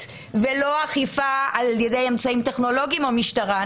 ולא אכיפה על ידי אמצעים טכנולוגיים או משטרה.